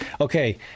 Okay